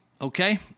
Okay